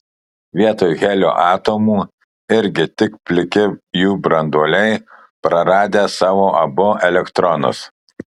vietoj helio atomų irgi tik pliki jų branduoliai praradę savo abu elektronus